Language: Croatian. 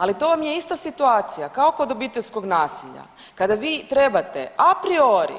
Ali to vam je ista situacija kao kod obiteljskog nasilja kada vi trebate a priori